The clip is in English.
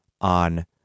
on